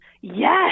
Yes